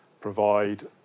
provide